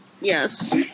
Yes